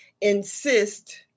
insist